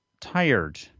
tired